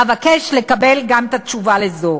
אבקש לקבל גם את התשובה על זו.